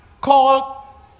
call